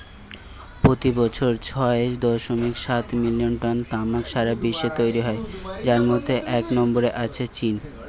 পোতি বছর ছয় দশমিক সাত মিলিয়ন টন তামাক সারা বিশ্বে তৈরি হয় যার মধ্যে এক নম্বরে আছে চীন